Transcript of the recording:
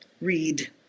read